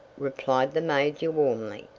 replied the major warmly.